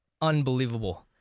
unbelievable